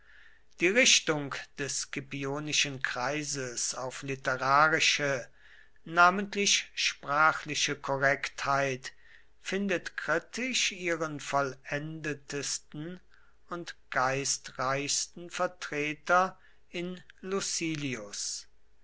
die richtung des scipionischen kreises auf literarische namentlich sprachliche korrektheit findet kritisch ihren vollendetsten und geistreichsten vertreter in lucilius